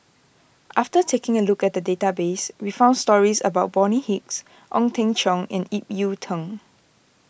after taking a look at the database we found stories about Bonny Hicks Ong Teng Cheong and Ip Yiu Tung